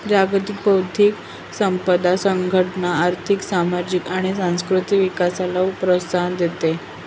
जागतिक बौद्धिक संपदा संघटना आर्थिक, सामाजिक आणि सांस्कृतिक विकासाला प्रोत्साहन देते